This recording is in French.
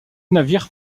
navire